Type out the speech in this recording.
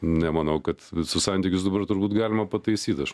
nemanau kad visus santykius dabar turbūt galima pataisyt aš